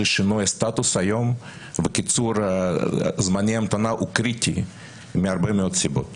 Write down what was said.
שינוי סטטוס וקיצור זמני ההמתנה הוא קריטי מהרבה מאוד סיבות.